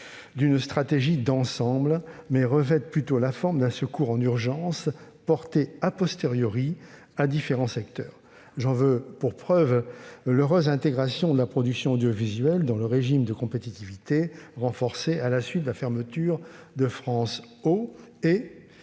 d'une stratégie d'ensemble, mais plutôt revêtir la forme d'un secours en urgence porté, à différents secteurs. J'en veux pour preuves l'heureuse intégration de la production audiovisuelle dans le régime de compétitivité renforcée à la suite de la fermeture de France Ô